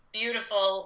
beautiful